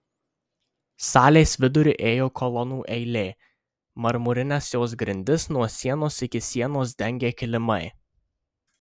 salės viduriu ėjo kolonų eilė marmurines jos grindis nuo sienos iki sienos dengė kilimai